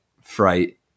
fright